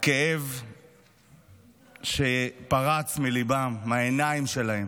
הכאב שפרץ מליבם, מהעיניים שלהם,